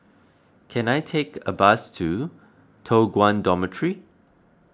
can I take a bus to Toh Guan Dormitory